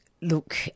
look